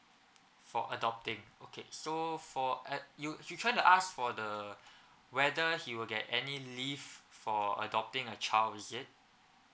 for adopting okay so for ad~ you you trying to ask for the whether he will get any leave for adopting a child is it